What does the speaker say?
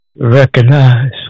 Recognize